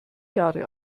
jahre